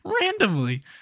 randomly